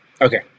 Okay